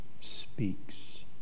speaks